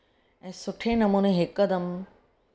ऐं सुठे नमूने हिकदम